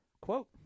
quote